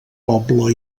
poble